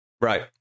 Right